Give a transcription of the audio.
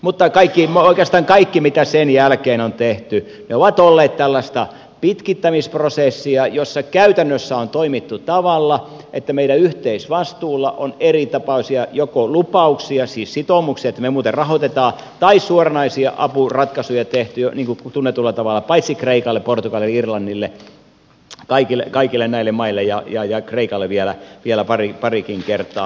mutta oikeastaan kaikki mitä sen jälkeen on tehty on ollut tällaista pitkittämisprosessia jossa käytännössä on toimittu sillä tavalla että meidän yhteisvastuullamme on eritapaisia joko lupauksia siis sitoumuksia että me muuten rahoitamme tai suoranaisia apuratkaisuja tehty tunnetulla tavalla paitsi kreikalle myös portugalille ja irlannille kaikille näille maille ja kreikalle vielä parikin kertaa